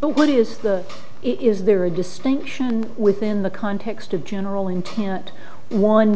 but what is the is there a distinction within the context of general intent one